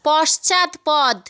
পশ্চাৎপদ